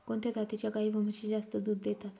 कोणत्या जातीच्या गाई व म्हशी जास्त दूध देतात?